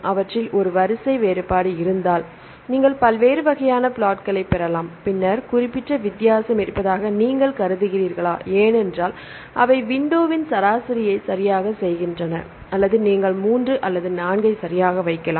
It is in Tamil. அவற்றில் ஒரு வரிசை வேறுபாடு இருந்தால் நீங்கள் பல்வேறு வகையான பிளாட்களைப் பெறலாம் பின்னர் குறிப்பிட்ட வித்தியாசம் இருப்பதாக நீங்கள் கருதுகிறீர்களா ஏனென்றால் அவை விண்டோவின் சராசரியை சரியாகச் செய்கின்றன அல்லது நீங்கள் 3 அல்லது 4 ஐ சரியாக வைக்கலாம்